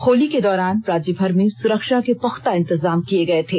होली के दौरान राज्यभर में सुरक्षा के पुख्ता इंतजाम किये गये थे